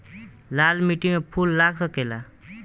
लाल माटी में फूल लाग सकेला?